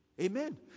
Amen